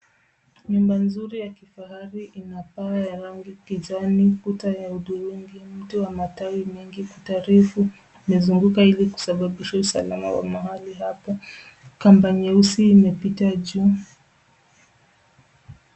Nyumba nzuri ya kifahari ina paa ya rangi kijani, kuta ya hudhurungi, mti wa matawi mengi. Kuta refu imezunguka ili kusababisha usalama wa mahali hapo. Kamba nyeusi imepita juu.